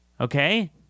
Okay